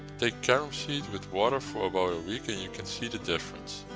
take carom seed with water for about a week and you can see the difference.